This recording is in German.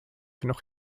noch